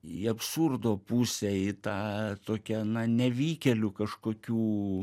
į absurdo pusę į tą tokią na nevykėlių kažkokių